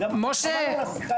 חבל על השיחה הזאת.